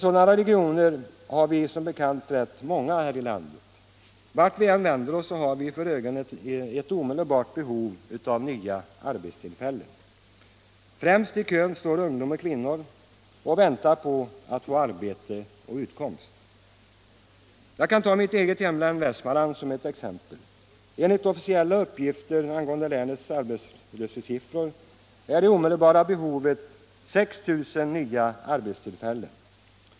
Sådana regioner har vi som bekant rätt många här i landet. Vart vi än vänder oss har vi för ögonen ett omedelbart behov av nya arbetstillfällen. Främst i kön står ungdom och kvinnor och väntar på att få arbete och utkomst. Jag kan ta mitt eget hemlän, Västmanland, som exempel. Enligt officiella uppgifter angående länets arbetslöshetssiffror är det omedelbara behovet 6 000 nya arbetstillfällen.